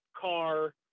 car